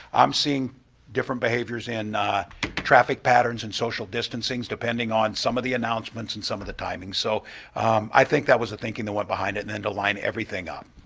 i'm seeing different behaviors in traffic patterns and social distancing, depending on some of the announcements and some of the timings, so i think that was the thinking that went behind it and and to line everything up?